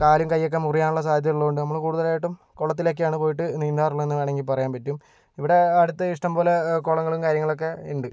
കാലും കൈയ്യുമൊക്കെ മുറിയുവാനുള്ള സാധ്യത ഉള്ളതുകൊണ്ട് നമ്മൾ കൂടുതലായിട്ടും കുളത്തിലൊക്കെയാണ് പോയിട്ട് നീന്താറുള്ളതെന്ന് വേണമെങ്കിൽ പറയാൻ പറ്റും ഇവിടെ അടുത്ത് ഇഷ്ടം പോലെ കുളങ്ങളും കാര്യങ്ങളൊക്കെ ഉണ്ട്